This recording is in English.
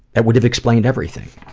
it would have explained everything.